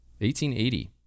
1880